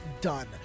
done